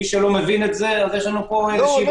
מי שלא מבין את זה, יש לנו פה בעיה.